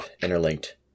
Interlinked